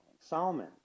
Solomon